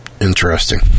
interesting